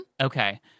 okay